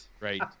right